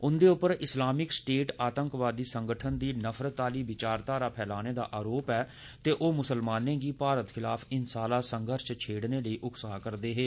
उंदे उप्पर Islamic State आतंकवादी संगठन दी नफरत आली बचाखारा फैलाने दा अरोप ऐ ते ओ मुसलमानें गी भारत खलाफ हिंसा आला संघर्ष छेड़ने लेई उकसा करदे हे